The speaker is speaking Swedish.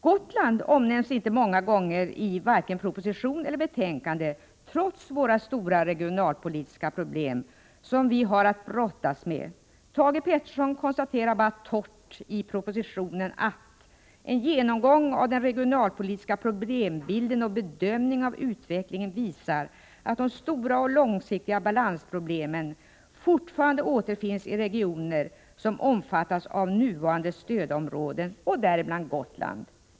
Gotland omnämns inte många gånger i vare sig proposition eller betänkande, trots de stora regionalpolitiska problem som vi har att brottas med. Thage Peterson konstaterar bara torrt i propositionen: ”En genomgång av den regionala problembilden och bedömning av utvecklingen visar att de stora och långsiktiga balansproblemen fortfarande återfinns i de regioner som omfattas av de nuvarande stödområdena. Det gäller -—-—- Gotland.” bl.a.